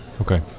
Okay